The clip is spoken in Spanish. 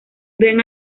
gran